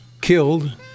killed